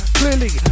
clearly